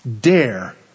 dare